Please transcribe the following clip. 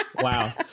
Wow